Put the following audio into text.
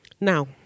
Now